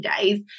days